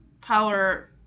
Power